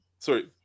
Sorry